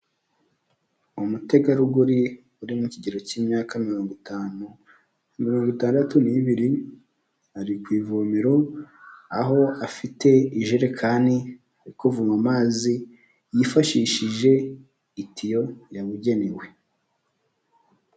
Umutegarugori uri mu kigero cy'imyaka mirongo itanu na mirongo itandatu n'ibiri, ari ku ivomero aho afite ijerekani ari kuvoma amazi yifashishije itiyo yabugenewe.